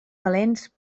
valents